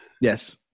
Yes